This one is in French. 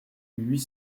huit